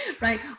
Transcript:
Right